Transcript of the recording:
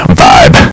vibe